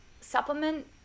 Supplement